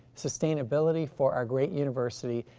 sustainability for our great university,